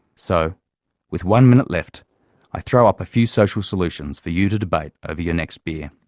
so with one minute left i throw up a few social solutions for you to debate over your next beer.